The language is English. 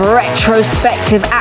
retrospective